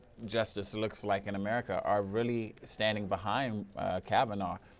justice looks like in america, are really standing behind kavanaugh.